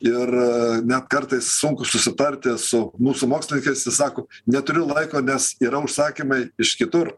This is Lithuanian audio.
ir net kartais sunku susitarti su mūsų mokslininkais jie sako neturiu laiko nes yra užsakymai iš kitur